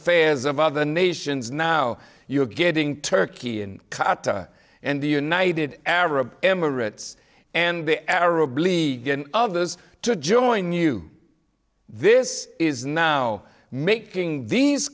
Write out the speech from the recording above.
fairs of other nations now you're getting turkey and qatar and the united arab emirates and the arab league and others to join you this is now making these